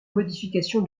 modification